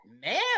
man